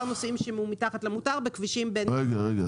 נוסעים שהוא מתחת למותר בכבישים בין-עירוניים.